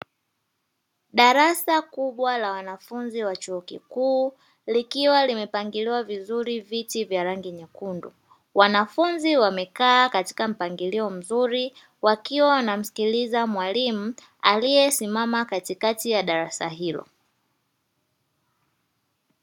Darasa kubwa la wanafunzi wa chuo kikuu likiwa limepangiliwa vizuri viti vya rangi nyekundu, wanafunzi wamekaa katika mpangilio mzuri wakiwa wanamsikiliza mwalimu aliyesimama katikati ya darasa hilo.